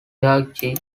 hague